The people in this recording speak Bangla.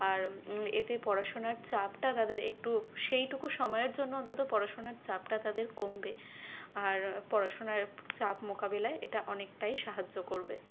আর এতে পড়াশোনার চাপটা তাদের একটু সেইটুকু সময়ের জন্য অন্তত পড়াশোনার চাপটা তাদের কমবে আর পড়াশোনার চাপ মোকাবিলায় এটা অনেকটাই সাহায্য করবে